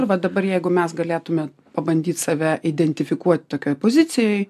nu vat dabar jeigu mes galėtume pabandyt save identifikuot tokioj pozicijoj